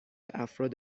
افراد